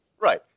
Right